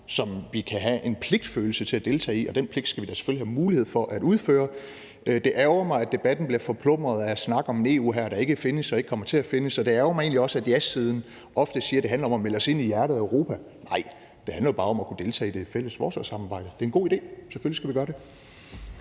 som vi kan have en følelse af pligt til at deltage i, og den pligt skal vi da selvfølgelig have mulighed for at opfylde. Det ærgrer mig, at debatten bliver forplumret af snak her om et EU, der ikke findes og ikke kommer til at findes. Og det ærgrer mig egentlig også, at jasiden ofte siger, at det handler om at melde os ind i hjertet af Europa. Nej, det handler jo bare om at kunne deltage i det fælles forsvarssamarbejde. Det er en god idé, og selvfølgelig skal vi gøre det.